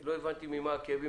לא הבנתי ממה הכאבים,